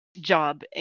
job